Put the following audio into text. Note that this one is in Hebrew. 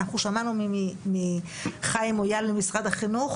אנחנו שמענו מחיים מויאל ממשרד החינוך